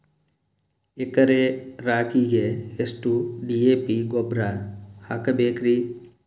ಎಕರೆ ರಾಗಿಗೆ ಎಷ್ಟು ಡಿ.ಎ.ಪಿ ಗೊಬ್ರಾ ಹಾಕಬೇಕ್ರಿ?